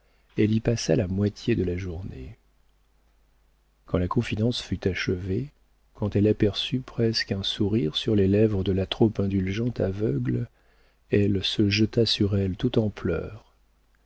elle y passa la moitié de la journée quand la confidence fut achevée quand elle aperçut presque un sourire sur les lèvres de la trop indulgente aveugle elle se jeta sur elle tout en pleurs